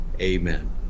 amen